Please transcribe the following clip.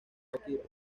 shakira